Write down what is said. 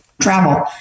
travel